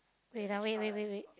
wait ah wait wait wait wait